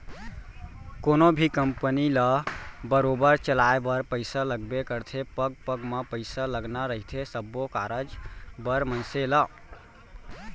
कोनो भी कंपनी ल बरोबर चलाय बर पइसा लगबे करथे पग पग म पइसा लगना रहिथे सब्बो कारज बर मनसे ल